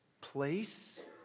place